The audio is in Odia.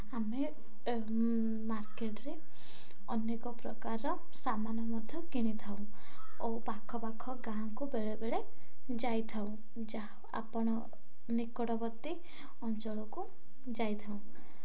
ଆମେ ମାର୍କେଟରେ ଅନେକ ପ୍ରକାରର ସାମାନ ମଧ୍ୟ କିଣିଥାଉ ଓ ପାଖପାଖ ଗାଁକୁ ବେଳେବେଳେ ଯାଇଥାଉଁ ଯାହା ଆପଣ ନିକଟବର୍ତ୍ତୀ ଅଞ୍ଚଳକୁ ଯାଇଥାଉଁ